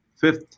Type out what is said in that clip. fifth